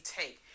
take